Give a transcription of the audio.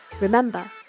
Remember